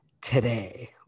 today